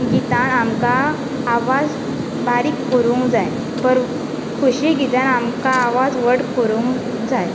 गीतांत आमकां आवाज बारीक करूंक जाय पर खोशये गीतांत आमकां आवाज व्हड करूंक जाय